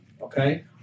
okay